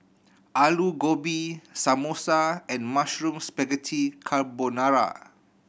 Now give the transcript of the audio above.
Alu Gobi Samosa and Mushroom Spaghetti Carbonara